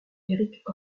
erik